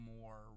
more